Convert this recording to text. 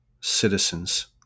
citizens